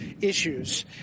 issues